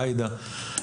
עאידה.